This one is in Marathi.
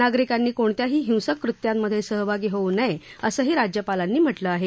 नागरिकांनी कोणत्याही हिंसक कृत्यांमध्ये सहभागी होऊ नये असंही राज्यपालांनी म्हटलं आहे